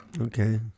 okay